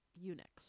eunuchs